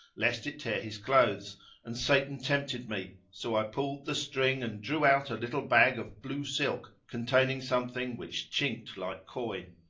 lest it tear his clothes and satan tempted me, so i pulled the string and drew out a little bag of blue silk, containing something which chinked like coin.